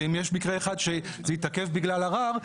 ויש מקרה אחד שזה התעכב בגלל ערר,